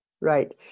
Right